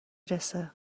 رسه